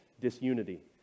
disunity